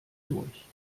durch